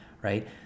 right